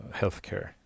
healthcare